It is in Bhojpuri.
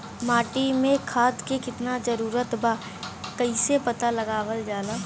माटी मे खाद के कितना जरूरत बा कइसे पता लगावल जाला?